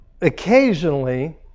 occasionally